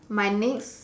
my next